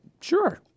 Sure